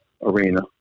Arena